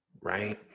right